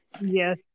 yes